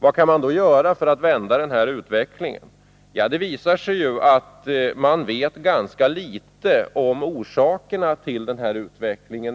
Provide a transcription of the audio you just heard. Vad kan man då göra för att vända utvecklingen? Ja, det visar sig ju att man mer specifikt och i detalj vet ganska litet om orsakerna till denna utveckling.